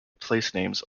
placenames